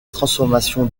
transformation